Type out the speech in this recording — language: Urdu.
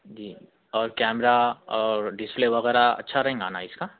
جی اور کیمرہ اور ڈسپلے وغیرہ اچھا رہیں گا نا اس کا